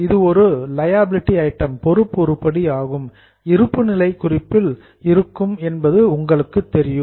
இது ஒரு liability item பொறுப்பு உருப்படி இருப்புநிலை குறிப்பில் இருக்கும் என்பது உங்களுக்குத் தெரியும்